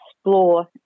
explore